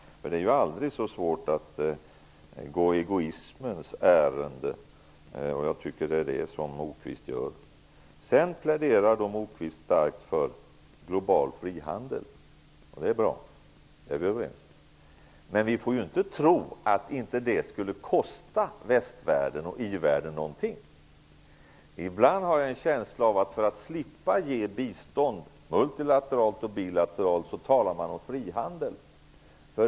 Det är aldrig svårt att gå egoismens ärenden. Jag tycker att Lars Moquist gör det. Sedan pläderar Lars Moquist starkt för global frihandel. Det är bra. Där är vi överens. Men vi får inte tro att det inte kommer att kosta västvärlden och i-världen någonting. Ibland har jag en känsla av att man talar om frihandel för att slippa ge multilateralt och bilateralt bistånd.